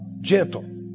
gentle